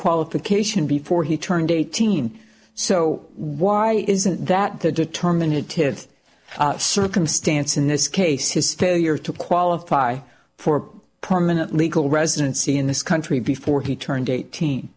qualification before he turned eighteen so why isn't that the determinative circumstance in this case is still year to qualify for permanent legal residency in this country before he turned eighteen